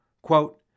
Quote